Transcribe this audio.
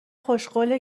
خوشقوله